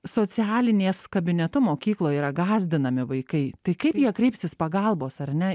socialinės kabinetu mokykloj yra gąsdinami vaikai tai kaip jie kreipsis pagalbos ar ne